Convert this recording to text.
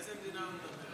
על איזו מדינה הוא מדבר,